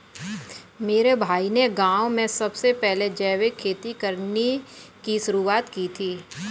मेरे भाई ने गांव में सबसे पहले जैविक खेती करने की शुरुआत की थी